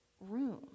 room